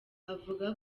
avuga